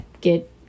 get